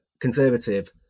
conservative